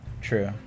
True